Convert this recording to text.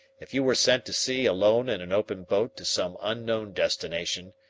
if you were sent to sea alone in an open boat to some unknown destination,